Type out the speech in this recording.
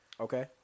Okay